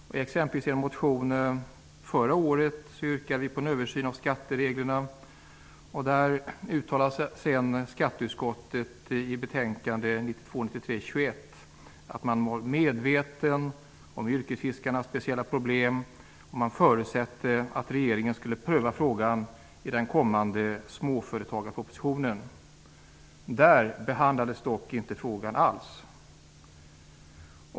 Vi yrkade exempelvis på en översyn av skattereglerna i en motion från förra året. Skatteutskottet uttalade i betänkande 1992/93:21 att man var medveten om yrkesfiskarnas speciella problem och förutsatte att regeringen skulle pröva frågan i den kommande småföretagarpropositionen. Där behandlades frågan dock inte alls.